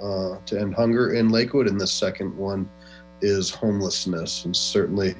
to end hunger in lakewood and the second one is homelessness and certainly